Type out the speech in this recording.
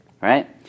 right